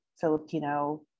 Filipino